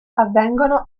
avvengono